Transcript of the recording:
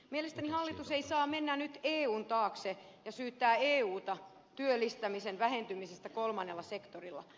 mielestäni hallitus ei saa mennä nyt eun taakse ja syyttää euta työllistämisen vähentymisestä kolmannella sektorilla